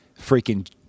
freaking